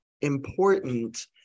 important